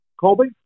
Colby